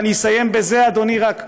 ואני אסיים בזה, אדוני, רק,